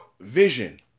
vision